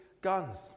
guns